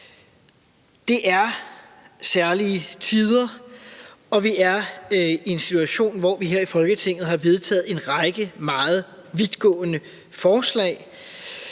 Det er særlige tider, og vi er i en situation, hvor vi her i Folketinget har vedtaget en række meget vidtgående forslag.